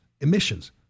Emissions